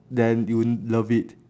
then you love it